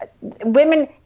Women